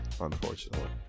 unfortunately